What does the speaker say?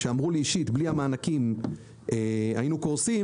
שאמרו לי אישית: בלי המענקים היינו קורסים